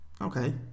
Okay